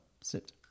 sit